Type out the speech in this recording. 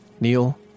Neil